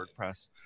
WordPress